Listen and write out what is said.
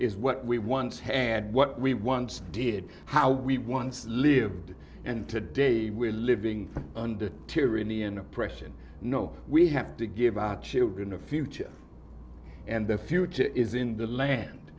is what we once had what we once did how we once lived and today we're living under tyranny and oppression no we have to give our children a future and the future to is in the land